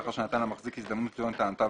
לאחר שנתן למחזיק הזדמנות לטעון את טענותיו